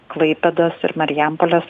klaipėdos ir marijampolės